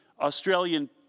australian